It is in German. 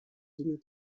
dinge